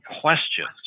questions